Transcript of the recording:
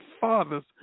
fathers